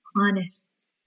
Honest